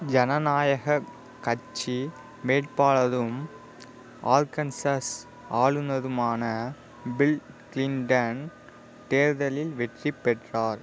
ஜனநாயகக் கட்சி வேட்பாளரும் ஆர்கன்சாஸ் ஆளுநருமான பில் க்ளிண்டன் தேர்தலில் வெற்றி பெற்றார்